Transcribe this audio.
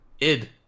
ID